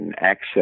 access